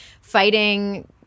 fighting